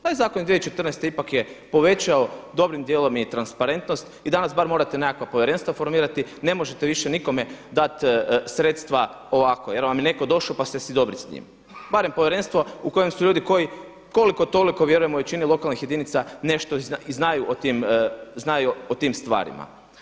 Taj zakon 2014. ipak je povećao dobrim dijelom i transparentnost i danas bar morate nekakva povjerenstva formirati, ne možete više nikome dati sredstva ovako jel vam je neko došo pa ste si dobri s njim, barem povjerenstvo u kojem su ljudi koji koliko toliko vjerujem u većini lokalnih jedinica nešto i znaju o tim stvarima.